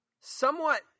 somewhat